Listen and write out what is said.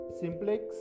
simplex